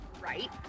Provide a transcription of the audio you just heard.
Right